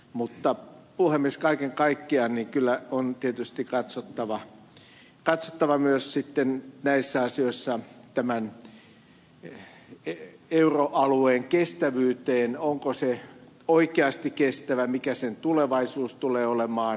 mutta puhemies kaiken kaikkiaan kyllä on tietysti katsottava myös näissä asioissa tämän euroalueen kestävyyttä onko se oikeasti kestävä mikä sen tulevaisuus tulee olemaan